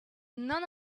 none